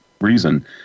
reason